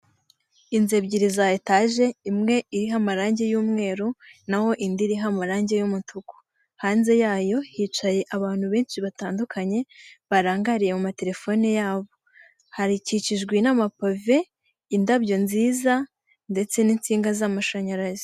Inzu ebyiri za etage imwe iriho amarangi y'umweru naho indi iri iho amarangi y'umutuku, hanze yayo hicaye abantu benshi batandukanye barangariye mu matelefone yabo harikikijwe n'amapove indabo nziza ndetse n'insinga z'amashanyarazi.